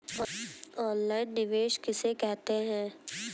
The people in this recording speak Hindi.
ऑनलाइन निवेश किसे कहते हैं?